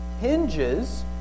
hinges